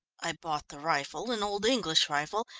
i bought the rifle, an old english rifle,